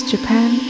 Japan